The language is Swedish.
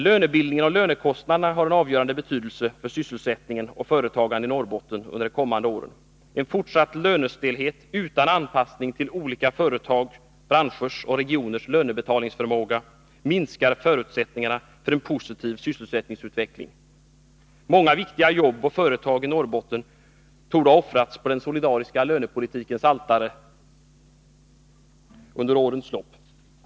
Lönebildningen och lönekostnaderna har avgörande betydelse för sysselsättning och företagande i Norrbotten under de kommande åren. En fortsatt lönestelhet utan anpassning till olika företags, branschers och regioners lönebetalningsförmåga minskar förutsättningarna för en positiv sysselsättningsutveckling. Många viktiga jobb och företag i Norrbotten torde ha offrats på den solidariska lönepolitikens altare under årens lopp.